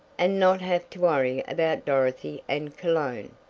and not have to worry about dorothy and cologne.